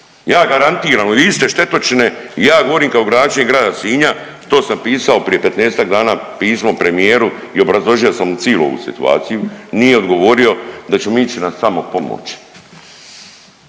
Ja garantiram vi ste štetočine i ja govorim kao gradonačelnik grada Sinja, to sam pisao prije 15-tak dana pismo premijeru i obrazložio sam mu cilu ovu situaciju, nije odgovorio da ćemo ići na samopomoć